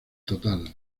total